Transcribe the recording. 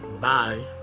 bye